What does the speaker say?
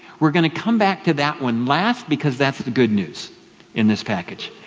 we're going to come back to that one last because that's the good news in this package.